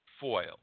foil